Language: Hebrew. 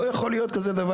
לא יכול להיות דבר כזה.